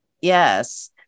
Yes